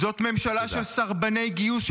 זו ממשלה של סרבני גיוס,